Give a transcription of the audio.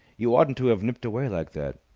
you oughtn't to have nipped away like that!